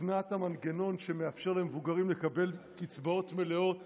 תיקנה את המנגנון שמאפשר למבוגרים לקבל קצבאות מלאות